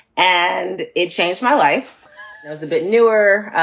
and it changed my life. it was a bit newer,